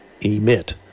Emit